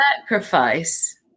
sacrifice